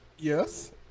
yes